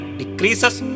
decreases